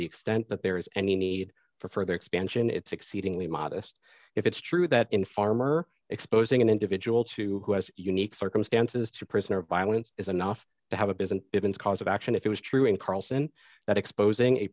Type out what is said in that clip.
the extent that there is any need for further expansion it's exceedingly modest if it's true that in farmer exposing an individual to who has unique circumstances to prisoner violence is enough to have a bisan cause of action if it was true in carlsen that exposing a